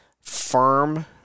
firm